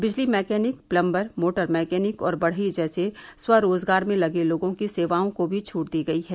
बिजली mechanic plumber motor mechanic और बढ़ई जैसे स्वरोजगार में लगे लोगों की सेवाओं को भी छट दी गई है